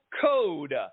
code